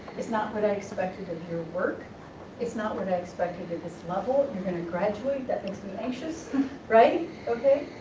it's not what i expected of your work it's not what i expected at this level you're going to graduate that makes me anxious right okay